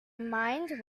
mind